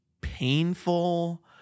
painful